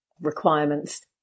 requirements